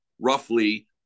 roughly